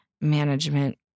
management